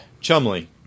Chumley